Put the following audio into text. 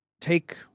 Take